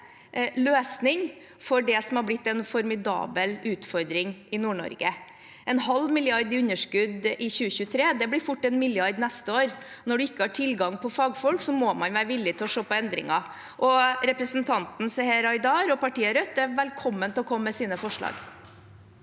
løsning for det som har blitt en formidabel utfordring i Nord-Norge. En halv milliard i underskudd i 2023 blir fort én milliard neste år. Når de ikke har tilgang på fagfolk, må man være villig til å se på endringer, og representanten Seher Aydar og partiet Rødt er velkommen til å komme med sine forslag.